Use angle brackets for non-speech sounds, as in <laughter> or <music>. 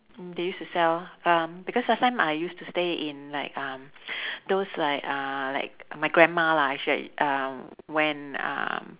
mm they used to sell um because last time I used to stay in like um <breath> those like uh like my grandma lah actually I um when um